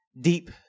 deep